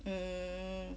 um